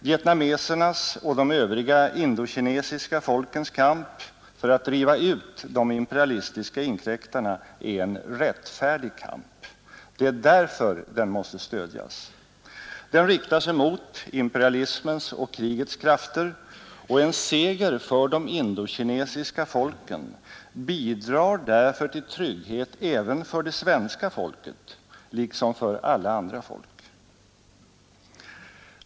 Vietnamesernas och de övriga indokinesiska folkens kamp för att driva ut de imperalistiska inkräktarna är en rättfärdig kamp. Det är därför den måste stödjas. Den riktar sig mot imperialismens och krigets krafter, och en seger för de indokinesiska folken bidrar därför till trygghet även för det svenska folket, liksom för alla andra folk.